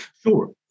Sure